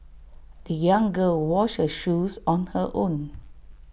the young girl washed her shoes on her own